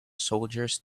soldiers